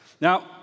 Now